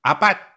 Apat